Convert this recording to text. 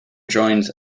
joins